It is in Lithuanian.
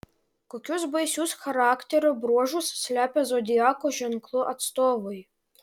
kokius baisius charakterio bruožus slepia zodiako ženklų atstovai